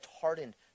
hardened